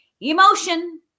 Emotion